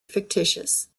fictitious